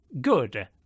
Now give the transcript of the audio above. good